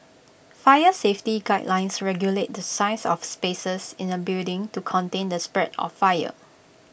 fire safety guidelines regulate the size of spaces in A building to contain the spread of fire